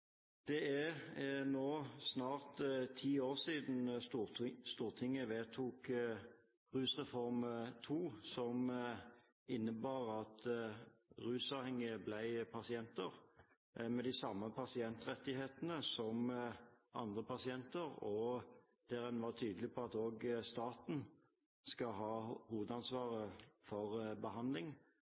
Det er nå snart ti år siden Stortinget vedtok Rusreform II, som innebar at rusavhengige ble pasienter med de samme pasientrettighetene som andre pasienter, og der en var tydelig på at staten skal ha hovedansvaret for behandling